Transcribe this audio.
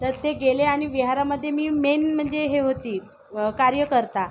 तर ते गेले आणि विहारामध्ये मी मेन म्हणजे हे होती कार्यकर्ता